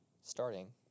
starting